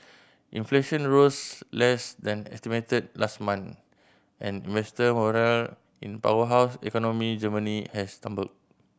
inflation rose less than estimated last month and investor morale in powerhouse economy Germany has tumbled